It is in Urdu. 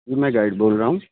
جی میں گائڈ بول رہا ہوں